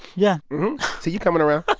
yeah see, you coming around